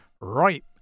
right